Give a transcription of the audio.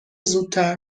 زودتر